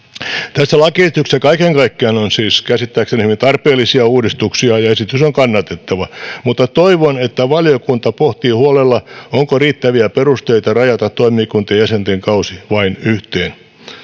tässä lakiesityksessä kaiken kaikkiaan on siis käsittääkseni hyvin tarpeellisia uudistuksia ja esitys on kannatettava mutta toivon että valiokunta pohtii huolella onko riittäviä perusteita rajata toimikuntien jäsenten kausi vain yhteen